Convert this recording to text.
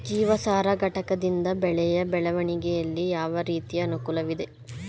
ಜೀವಸಾರ ಘಟಕದಿಂದ ಬೆಳೆಯ ಬೆಳವಣಿಗೆಯಲ್ಲಿ ಯಾವ ರೀತಿಯ ಅನುಕೂಲವಿದೆ?